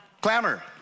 Clamor